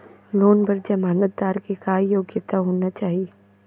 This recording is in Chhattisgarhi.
लोन बर जमानतदार के का योग्यता होना चाही?